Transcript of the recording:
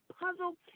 puzzle